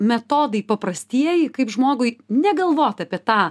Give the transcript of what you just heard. metodai paprastieji kaip žmogui negalvot apie tą